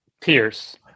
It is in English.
Pierce